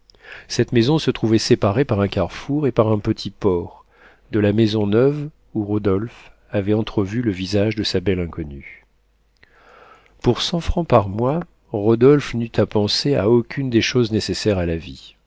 cette maison se trouvait séparée par un carrefour et par un petit port de la maison neuve où rodolphe avait entrevu le visage de sa belle inconnue pour cent francs par mois rodolphe n'eut à penser à aucune des choses nécessaires à la vie